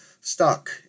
stuck